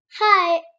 Hi